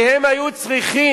כי הם היו צריכים